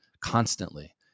constantly